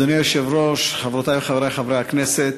אדוני היושב-ראש, חברות וחברי הכנסת,